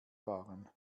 fahren